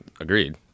Agreed